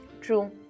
True